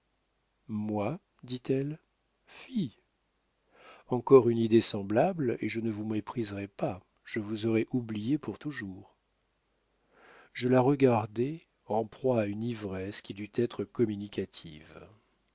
moi dit-elle fi encore une idée semblable et je ne vous mépriserais pas je vous aurais oublié pour toujours je la regardai en proie à une ivresse qui dut être communicative